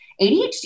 ADHD